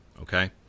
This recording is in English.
Okay